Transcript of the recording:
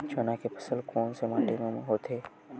चना के फसल कोन से माटी मा होथे?